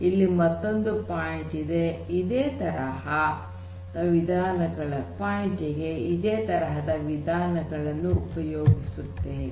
ಇಲ್ಲಿ ಮತ್ತೊಂದು ಪಾಯಿಂಟ್ ಗೆ ಇದೆ ತರಹದ ವಿಧಾನವನ್ನು ಉಪಗೋಗಿಸುತ್ತೇವೆ